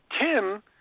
Tim